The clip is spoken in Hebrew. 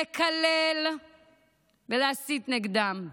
לקלל ולהסית נגדם.